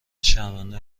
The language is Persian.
شرمنده